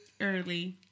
early